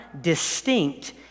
distinct